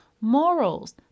morals